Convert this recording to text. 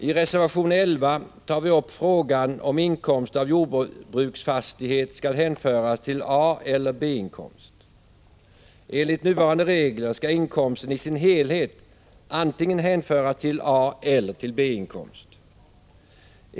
I reservation 11 tar vi upp frågan om inkomst av jordbruksfastighet skall hänföras till A eller B-inkomst. Enligt nuvarande regler skall inkomsten i sin helhet hänföras till antingen A eller B-inkomst.